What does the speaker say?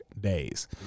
days